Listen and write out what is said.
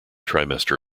trimester